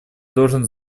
должен